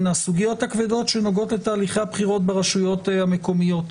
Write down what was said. הסוגיות הכבדות שנוגעות לתהליכי הבחירות ברשויות המקומיות.